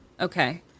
Okay